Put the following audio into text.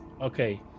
okay